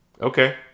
Okay